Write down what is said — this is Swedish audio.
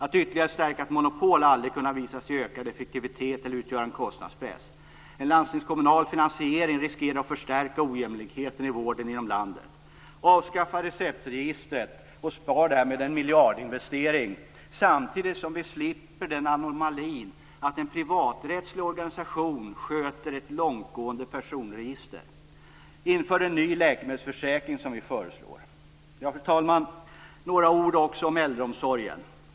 Att ytterligare stärka ett monopol har aldrig kunnat visats ge ökad effektivitet eller utgöra en kostnadspress. En landstingskommunal finansiering riskerar att förstärka ojämlikheter i vården inom landet. Avskaffa receptregistret och spar därmed en miljardinvestering, samtidigt som vi slipper den anomalin att en privaträttsligt organisation sköter ett långtgående personregister. Inför en ny läkemedelsförsäkring som vi föreslår. Fru talman! Några ord också om äldreomsorgen.